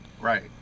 Right